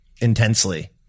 intensely